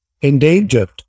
endangered